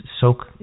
soak